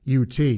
UT